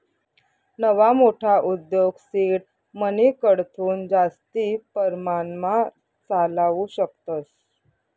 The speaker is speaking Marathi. नवा मोठा उद्योग सीड मनीकडथून जास्ती परमाणमा चालावू शकतस